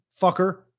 fucker